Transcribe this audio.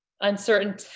uncertain